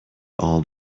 all